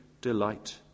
delight